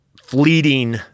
fleeting